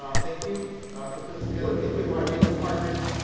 um thank you for putting this together. thank you to our labor partners.